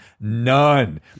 none